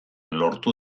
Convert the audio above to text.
lortu